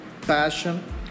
passion